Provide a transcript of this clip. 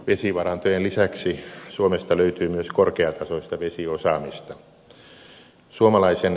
vesivarantojen lisäksi suomesta löytyy myös korkeatasoista vesiosaamista